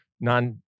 non